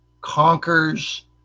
conquers